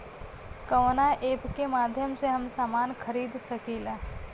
कवना ऐपके माध्यम से हम समान खरीद सकीला?